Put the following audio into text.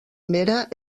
mera